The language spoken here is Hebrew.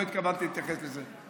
לא התכוונתי להתייחס לזה.